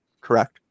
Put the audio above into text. correct